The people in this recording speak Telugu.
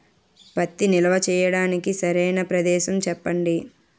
పత్తి నిల్వ చేయటానికి సరైన ప్రదేశం చెప్పండి?